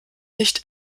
nicht